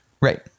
Right